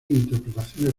interpretaciones